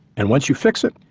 and once you fix it,